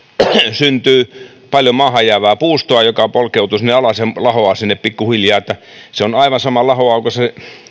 syntyy paljon maahan jäävää puustoa joka polkeutuu sinne alas ja lahoaa sinne pikkuhiljaa se on aivan sama lahoaako se puu